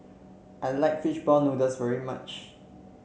I like fish ball noodles very much